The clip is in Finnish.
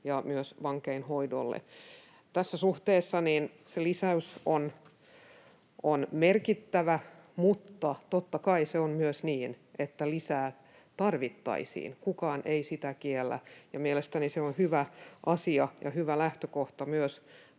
ja myös vankeinhoidolle. Tässä suhteessa se lisäys on merkittävä, mutta totta kai se on myös niin, että lisää tarvittaisiin, kukaan ei sitä kiellä. Ja mielestäni se on hyvä asia ja hyvä lähtökohta myös,